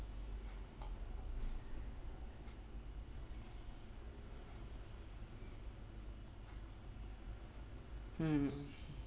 hmm